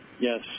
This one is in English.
yes